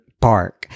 Park